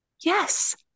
yes